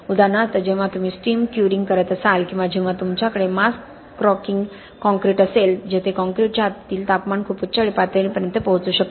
उदाहरणार्थ जेव्हा तुम्ही स्टीम क्युरिंग करत असाल किंवा जेव्हा तुमच्याकडे मास कॉंक्रिट असेल जेथे कॉंक्रिटचे आतील तापमान खूप उच्च पातळीपर्यंत पोहोचू शकते